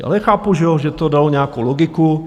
Ale chápu, že to dalo nějakou logiku.